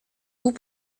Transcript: goût